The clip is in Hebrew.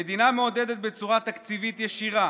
המדינה מעודדת בצורה תקציבית ישירה